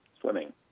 Swimming